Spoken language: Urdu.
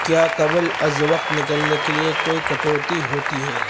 کیا قبل از وقت نکلنے کے لیے کوئی کٹوتی ہوتی ہے